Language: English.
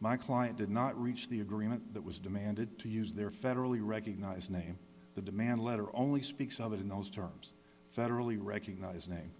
my client did not reach the agreement that was demanded to use their federally recognized name the demand letter only speaks of it in those terms federally recognize